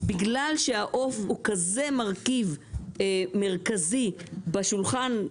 בגלל שהעוף הוא כזה מרכיב מרכזי בשולחן,